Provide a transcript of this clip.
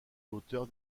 hauteur